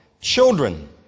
children